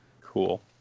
Cool